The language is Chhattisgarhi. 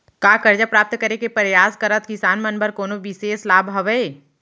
का करजा प्राप्त करे के परयास करत किसान मन बर कोनो बिशेष लाभ हवे?